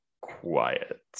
quiet